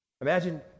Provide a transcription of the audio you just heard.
Imagine